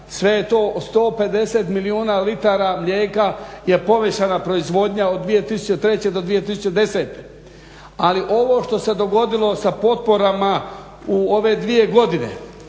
150 milijuna litara mlijeka je povećana proizvodnja od 2003. do 2010. Ali ovo što se dogodilo sa potporama u ove dvije godine